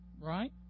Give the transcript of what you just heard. right